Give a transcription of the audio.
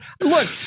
look